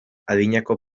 adinako